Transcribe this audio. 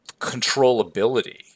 controllability